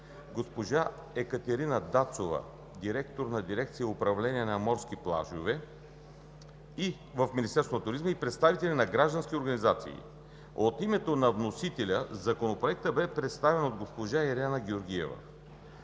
госпожа Екатерина Дацова – директор на дирекция „Управление на морските плажове“ в Министерството на туризма, и представители на граждански организации. От името на вносителя Законопроектът бе представен от госпожа Ирена Георгиева.